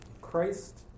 Christ